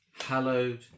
hallowed